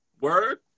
word